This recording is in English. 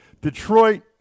Detroit